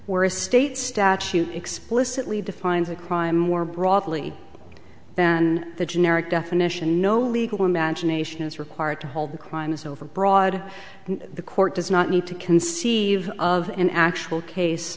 were a state statute explicitly defines a crime more broadly than the generic definition no legal imagination is required to hold the crime is overbroad and the court does not need to conceive of an actual case